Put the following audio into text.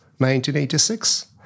1986